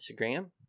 Instagram